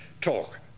talk